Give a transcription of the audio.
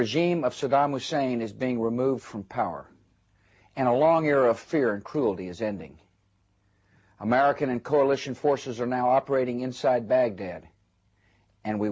regime of saddam hussein is being removed from power and a long era of fear and cruelty is ending american and coalition forces are now operating inside